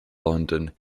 london